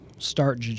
start